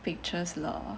pictures lor